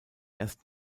erst